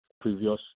previous